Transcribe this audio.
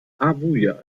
abuja